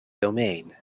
domain